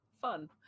fun